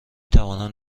توانم